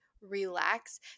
relax